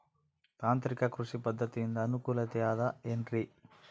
ತಾಂತ್ರಿಕ ಕೃಷಿ ಪದ್ಧತಿಯಿಂದ ಅನುಕೂಲತೆ ಅದ ಏನ್ರಿ?